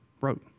wrote